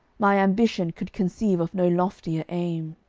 my ambition could conceive of no loftier aim.